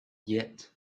yet